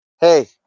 hey